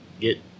get